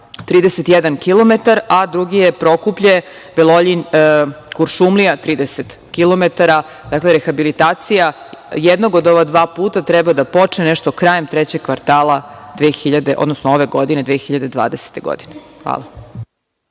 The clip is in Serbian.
31 kilometar, a drugi je Prokuplje-Beloljin-Kuršumlija, 30 kilometara. Rehabilitacija jednog od ova dva puta treba da počne nešto krajem trećeg kvartala ove godine, 2020. godine. Hvala.